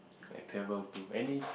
like travel to any